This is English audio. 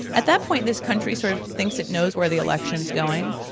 at that point this country sort of thinks it knows where the election's going.